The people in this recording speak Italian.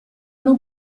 non